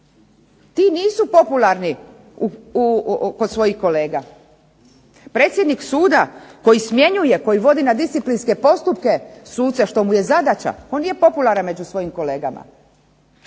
ti nisu popularni kod svojih kolega. Predsjednik suda koji smjenjuje, koji vodi na disciplinske postupke suce što mu je zadaća, on nije popularan među svojim kolegama.